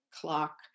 clock